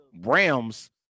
Rams